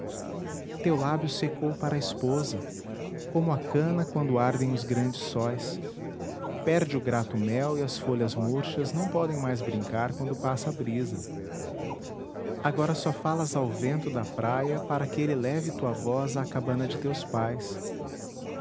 teu lábio secou para a esposa como a cana quando ardem os grandes sóis perde o grato mel e as folhas murchas não podem mais brincar quando passa a brisa agora só falas ao vento da praia para que ele leve tua voz à cabana de teus pais